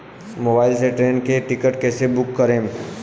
Mobile से train के ticket कैसे बूक करेम?